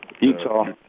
Utah